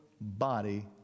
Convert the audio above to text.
body